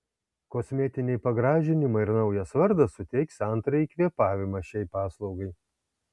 kosmetiniai pagražinimai ir naujas vardas suteiks antrąjį kvėpavimą šiai paslaugai